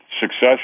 success